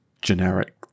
Generic